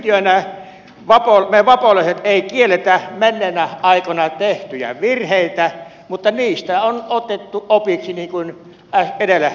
yhtiönä me vapolaiset emme kiellä menneinä aikoina tehtyjä virheitä mutta niistä on otettu opiksi niin kuin edellä mainitsin